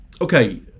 okay